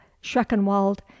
Schreckenwald